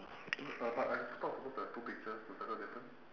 uh but I thought supposed to have two pictures to circle the difference